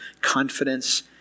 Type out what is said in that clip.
confidence